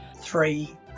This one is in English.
three